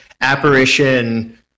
apparition